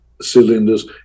cylinders